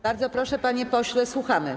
Bardzo proszę, panie pośle, słuchamy.